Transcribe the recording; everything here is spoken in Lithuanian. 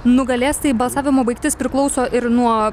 nugalės tai balsavimo baigtis priklauso ir nuo